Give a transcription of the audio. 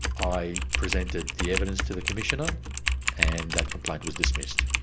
i presented the evidence to the commissioner and that complaint was dismissed.